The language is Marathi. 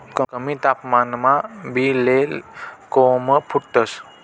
कमी तापमानमा बी ले कोम फुटतंस